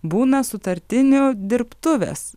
būna sutartinio dirbtuvės